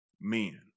men